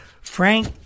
Frank